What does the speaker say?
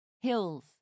Hills